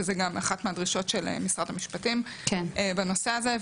וזו גם אחת מהדרישות של משרד המשפטים בנושא הזה,